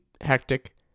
hectic